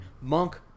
Monk